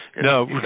No